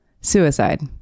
suicide